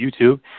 YouTube